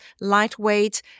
lightweight